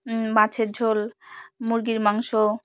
মাছের ঝোল মুরগির মাংস